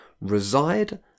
reside